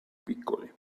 piccoli